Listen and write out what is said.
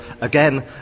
again